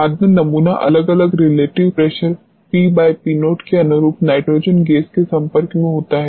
बाद में नमूना अलग अलग रिलेटिव प्रेशर PP0 के अनुरूप नाइट्रोजन गैस के संपर्क में होता है